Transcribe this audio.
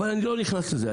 אבל אני לא נכנס לזה.